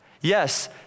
Yes